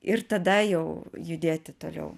ir tada jau judėti toliau